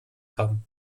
haben